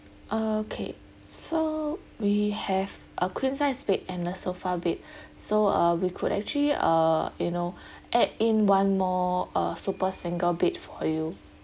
okay so we have a queen size bed and a sofa bed so uh we could actually uh you know add in one more uh super single bed for you